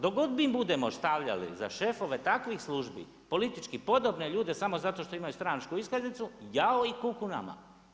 dok god mi budemo stavljali za šefove takvih službi politički podobne ljude samo zato što imaju stranačku iskaznicu, jao i kuku nama.